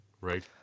right